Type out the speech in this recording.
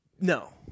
No